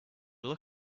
they